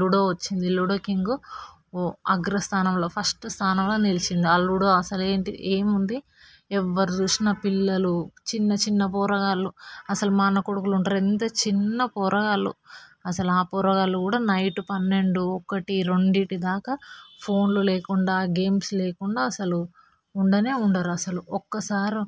ludo వచ్చింది Ludo King అగ్రస్థానంలో first స్థానంలో నిలిచింది ఆ లూడో అసలు ఏముంది ఎవరు చూసినా పిల్లలు చిన్న చిన్న పోరగాళ్ళు అసలు మా అన్న కొడుకులు ఉంటారు అసలు ఎంత చిన్న పోరగాళ్ళు అసలు ఆ పోరగాళ్ళు కూడా నైట్ పన్నెండు ఒకటి రెండింటి దాకా ఫోన్లు లేకుండా గేమ్స్ లేకుండా అసలు ఉండనే ఉండరు అసలు ఒక్కసారి